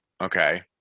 Okay